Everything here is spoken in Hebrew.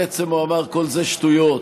בעצם הוא אמר: כל זה שטויות,